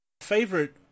favorite